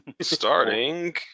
Starting